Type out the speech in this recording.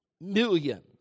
million